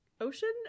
ocean